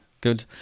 good